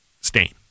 stain